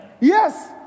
Yes